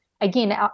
again